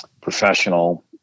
professional